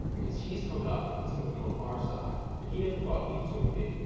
because he's coming up and he's going to be on our side, where he never thought he was going to be,